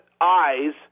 eyes